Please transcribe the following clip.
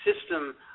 system